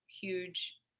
huge